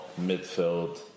midfield